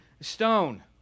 stone